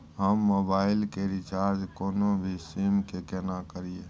हम मोबाइल के रिचार्ज कोनो भी सीम के केना करिए?